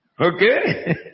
Okay